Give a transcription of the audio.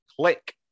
click